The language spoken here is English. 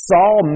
Saul